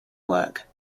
work